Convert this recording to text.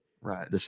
Right